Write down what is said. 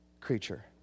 creature